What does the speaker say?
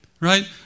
right